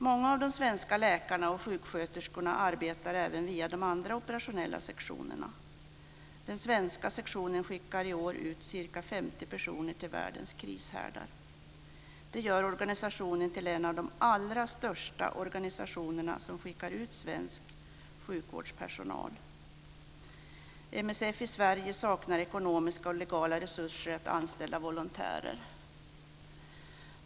Många av de svenska läkarna och sjuksköterskorna arbetar även via de andra operationella sektionerna. Den svenska sektionen skickar i år ut ca 50 personer till världens krishärdar. Det gör organisationen till en av de allra största organisationerna som skickar ut svensk sjukvårdspersonal. MSF i Sverige saknar ekonomiska och legala resurser att anställa volontärer.